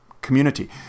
community